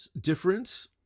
difference